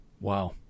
Wow